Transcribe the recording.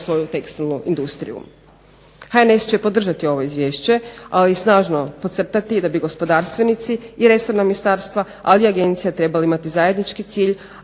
svoju tekstilnu industriju. HNS će podržati ovo Izvješće, ali snažno podcrtati da bi gospodarstvenici i resorna ministarstva ali i agencija trebali imati zajednički cilj,